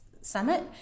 summit